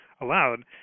allowed